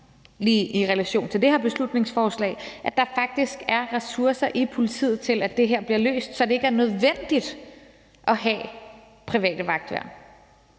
lige i relation til det her beslutningsforslag faktisk er ressourcer i politiet til, at det her bliver løst, så det ikke er nødvendigt at have private vagtværn?